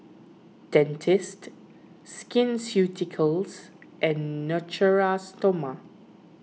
Dentiste Skin Ceuticals and Natura Stoma